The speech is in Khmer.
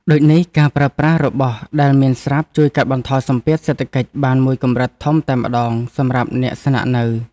ដូចនេះការប្រើប្រាស់របស់ដែលមានស្រាប់ជួយកាត់បន្ថយសម្ពាធសេដ្ឋកិច្ចបានមួយកម្រិតធំតែម្ដងសម្រាប់អ្នកស្នាក់នៅ។